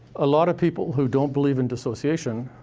a lot of people who don't believe in dissociation,